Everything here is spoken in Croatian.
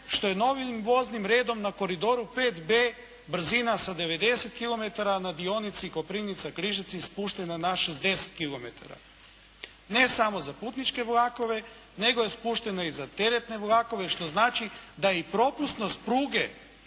što je novim voznim redom na koridoru 5B brzina sa 90 kilometara na dionici Koprivnica-Križevci spuštena na 60 kilometara. Ne samo za putničke vlakove nego je spuštena i za teretne vlakove što znači da je i propusnost pruge